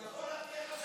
אני יכול להציע לך,